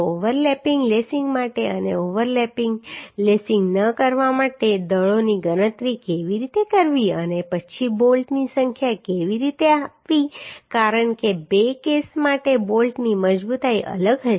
overlapping lacing માટે અને overlapping lacing ન કરવા માટે દળોની ગણતરી કેવી રીતે કરવી અને પછી બોલ્ટની સંખ્યા કેવી રીતે આપવી કારણ કે બે કેસ માટે બોલ્ટની મજબૂતાઈ અલગ હશે